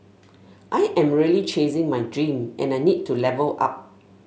I am really chasing my dream and I need to level up